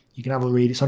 you can have a read,